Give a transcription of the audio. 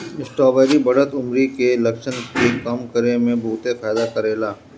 strawberry बढ़त उमिर के लक्षण के कम करे में बहुते फायदा करेला